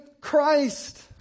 Christ